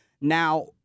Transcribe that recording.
Now –